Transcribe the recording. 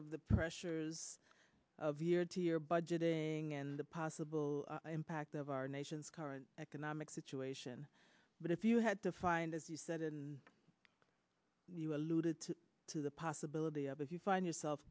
of the pressures of year to year budgeting and the possible impact of our nation's current economic situation but if you had defined as you said and you alluded to the possibility of if you find yourself